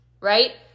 right